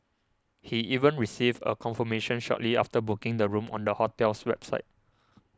he even received a confirmation shortly after booking the room on the hotel's website